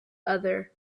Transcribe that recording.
other